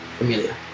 Amelia